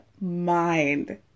mind